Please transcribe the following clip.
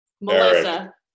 Melissa